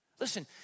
Listen